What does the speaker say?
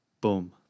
Boom